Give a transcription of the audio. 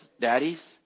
daddies